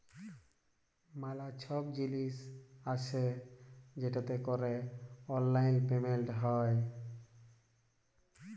ম্যালা ছব জিলিস আসে যেটতে ক্যরে অললাইল পেমেলট হ্যয়